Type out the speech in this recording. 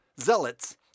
zealots